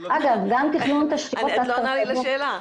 את לא עונה לי לשאלה.